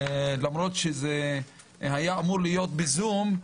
למרות שזה היה אמור להיות בזום,